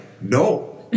no